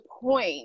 point